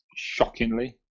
Shockingly